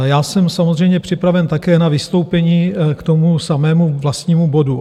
Já jsem samozřejmě připraven také na vystoupení k tomu samému vlastnímu bodu.